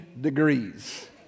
degrees